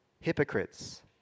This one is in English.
hypocrites